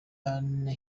anna